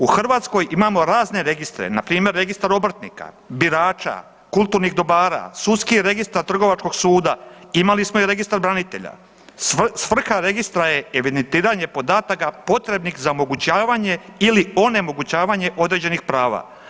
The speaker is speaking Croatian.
U Hrvatskoj imamo razne registre, npr. Registar obrtnika, birača, kulturnih dobara, Sudski registar Trgovačkog suda, imali smo i Registar branitelja, svrha registra je evidentiranje podataka potrebnih za omogućavanje ili onemogućavanje određenih prava.